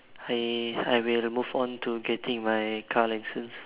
I I will move on to getting my car license